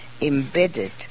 embedded